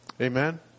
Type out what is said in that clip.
Amen